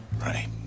Right